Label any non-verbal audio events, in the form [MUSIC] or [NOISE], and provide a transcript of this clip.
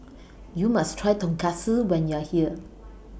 [NOISE] YOU must Try Tonkatsu when YOU Are here